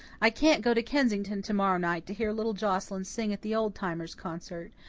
i can't go to kensington to-morrow night to hear little joscelyn sing at the old timers' concert.